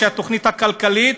התוכנית הכלכלית,